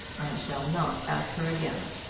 shall not ask her again.